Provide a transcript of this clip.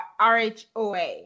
RHOA